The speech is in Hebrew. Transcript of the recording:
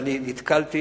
ואני נתקלתי